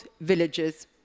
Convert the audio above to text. villages